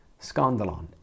Scandalon